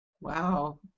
Wow